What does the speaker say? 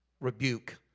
rebuke